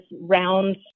round